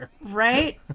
Right